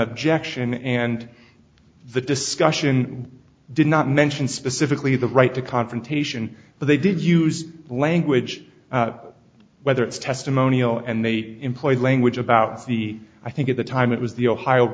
objection and the discussion did not mention specifically the right to confrontation but they did use language whether it's testimonial and they employed language about the i think at the time it was the ohio